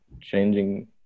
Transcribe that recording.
changing